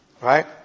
right